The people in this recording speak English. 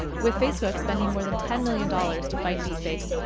with facebook spending more than ten million dollars to fight deepfakes,